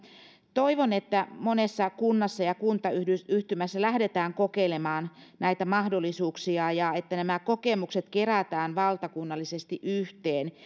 toivon että monessa kunnassa ja kuntayhtymässä lähdetään kokeilemaan näitä mahdollisuuksia ja että nämä kokemukset kerätään valtakunnallisesti yhteen